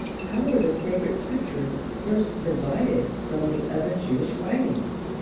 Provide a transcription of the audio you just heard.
how were the sacred scriptures first divided from the other jewish writings?